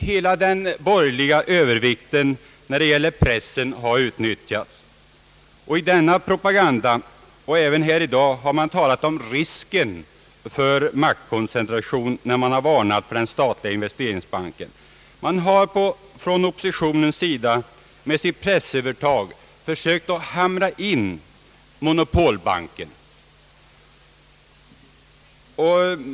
Hela den borgerliga övervikten när det gäller pressen har utnyttjats, och i denna propaganda och även här i dag har man talat om risken för maktkoncentration, när man har varnat för den statliga investeringsbanken. Oppositionen har med sitt pressövertag försökt hamra in tesen om monopolbanken.